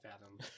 fathom